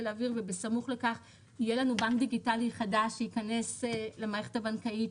לאוויר ובסמוך לכך יהיה לנו בנק דיגיטלי חדש שייכנס למערכת הבנקאית,